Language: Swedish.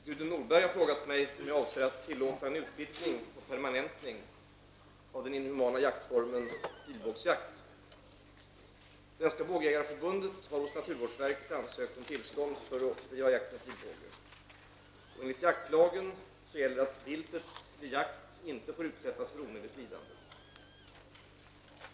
Fru talman! Gudrun Norberg har frågat mig om jag avser att tillåta en utvidgning och permanentning av den inhumana jaktformen pilbågsjakt. Svenska bågjägareförbundet har hos naturvårdsverket ansökt om tillstånd att få bedriva jakt med pilbåge. Enligt jaktlagen gäller att viltet vid jakt inte får utsättas för onödigt lidande.